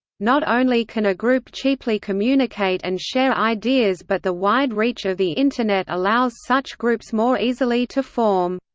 not only can a group cheaply communicate and share ideas but the wide reach of the internet allows such groups more easily to form.